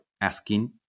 asking